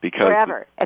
Forever